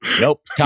Nope